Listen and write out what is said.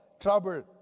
trouble